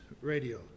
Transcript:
radio